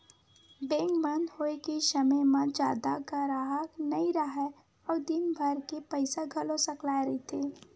bank बंद होए के समे म जादा गराहक नइ राहय अउ दिनभर के पइसा घलो सकलाए रहिथे